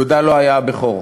יהודה לא היה הבכור.